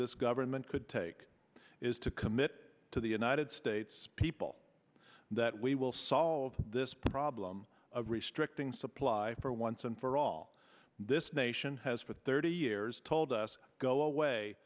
this government could take is to commit to the united states people that we will solve this problem of restricting supply for once and for all this nation has for thirty years told us go away